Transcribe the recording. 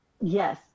Yes